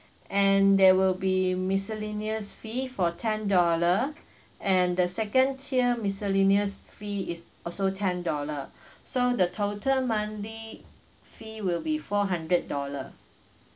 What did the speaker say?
and there will be miscellaneous fee for ten dollar and the second tier miscellaneous fee is also ten dollar so the total monthly fee will be four hundred dollar